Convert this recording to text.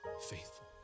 faithful